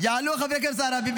מה יש לכם בשטחים?